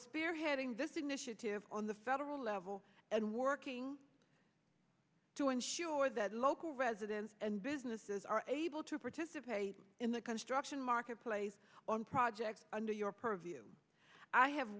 spearheading this initiative on the federal level and working to ensure that local residents and businesses are able to participate in the construction marketplace on projects under your purview i